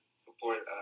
support